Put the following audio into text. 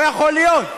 לא יכול להיות.